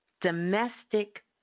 Domestic